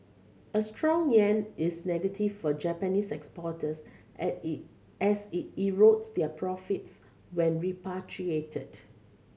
a strong yen is negative for Japanese exporters add it as it erodes their profits when repatriated